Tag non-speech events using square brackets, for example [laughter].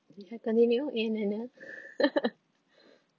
ya continue in an a [laughs]